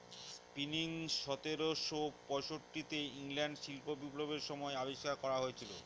spinning সতেরোশো পয়ষট্টি তে ইংল্যান্ডে শিল্প বিপ্লবের সময় আবিষ্কার করা হয়েছিল